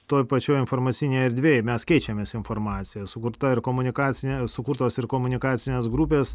toj pačioj informacinėj erdvėj mes keičiamės informacija sukurta ir komunikacija sukurtos ir komunikacinės grupės